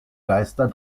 geister